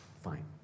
Fine